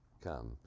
come